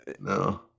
No